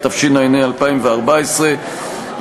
התשע"ה 2014,